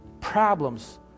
Problems